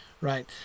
Right